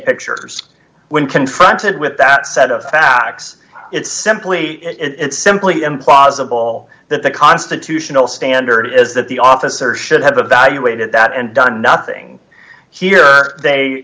pictures when confronted with that set of facts it's simply it's simply impossible that the constitutional standard is that the officer should have evaluated that and done nothing here they